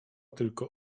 tylko